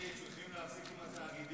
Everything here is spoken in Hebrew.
אדוני, צריכים להפסיק עם התאגידים,